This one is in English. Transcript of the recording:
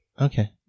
okay